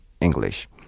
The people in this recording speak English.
English